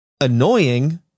annoying